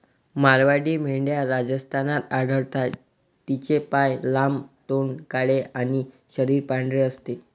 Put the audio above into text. मारवाडी मेंढ्या राजस्थानात आढळतात, तिचे पाय लांब, तोंड काळे आणि शरीर पांढरे असते